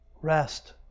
Rest